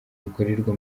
bukorerwa